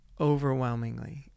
overwhelmingly